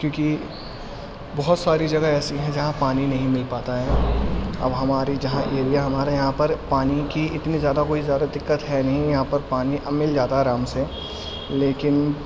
کیوںکہ بہت ساری جگہ ایسی ہیں جہاں پانی نہیں مل پاتا ہے اب ہماری جہاں ایریا ہمارے یہاں پر پانی کی اتنی زیادہ کوئی زیادہ دقت ہے نہیں یہاں پر پانی اب مل جاتا ہے آرام سے لیکن